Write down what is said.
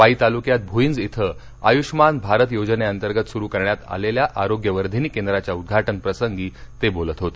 वाई तालुक्यात भूईंज इथं आयुष्मान भारत योजनेंतर्गत सुरु करण्यात आलेल्या आरोग्यवर्धिनी केंद्राच्या उद्घाटन प्रसंगी ते बोलत होते